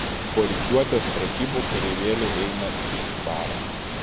po rikiuotės pratybų kareivėliai eina į barą